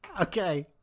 Okay